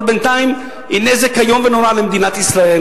אבל בינתיים היא נזק איום ונורא למדינת ישראל,